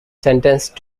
sentenced